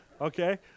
Okay